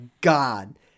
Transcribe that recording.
God